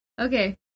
Okay